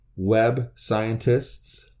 webscientists